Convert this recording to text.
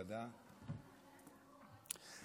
ראשית,